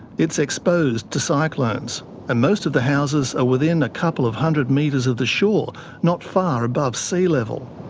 it's exposed to cyclones, and most of the houses are within a couple of hundred metres of the shore, not far above sea level.